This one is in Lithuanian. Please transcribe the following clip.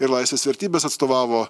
ir laisvės vertybes atstovavo